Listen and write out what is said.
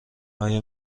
آیا